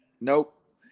Nope